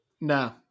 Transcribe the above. no